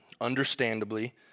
understandably